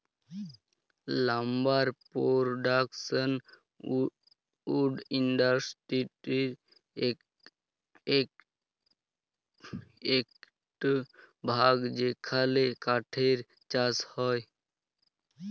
lumber production wood ইন্ডাসটিরির একট ভাগ যেখালে কাঠের চাষ হয়